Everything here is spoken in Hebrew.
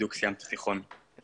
בדיוק סיימתי תיכון.